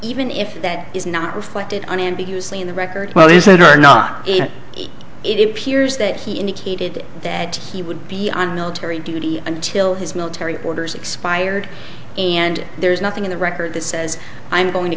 even if that is not reflected on ambiguously in the record well he's in or not it appears that he indicated that he would be on military duty until his military orders expired and there's nothing in the record that says i'm going to